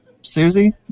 Susie